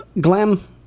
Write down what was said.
glam